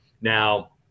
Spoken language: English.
Now